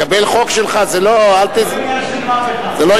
לקבל חוק שלך זה לא עניין של מה בכך,